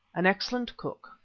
an excellent cook,